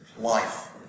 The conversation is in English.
life